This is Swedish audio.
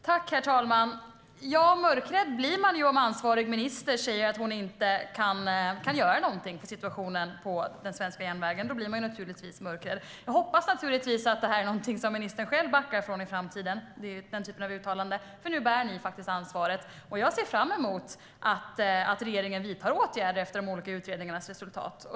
Herr talman! Ja, mörkrädd blir man naturligtvis om ansvarig minister säger att hon inte kan göra någonting åt situationen på den svenska järnvägen. Jag hoppas naturligtvis att ministern själv backar från den typen av uttalanden i framtiden, för nu bär ni faktiskt ansvaret. Jag ser fram emot att regeringen vidtar åtgärder efter de olika utredningarnas resultat.